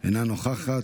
אינה נוכחת,